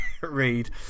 read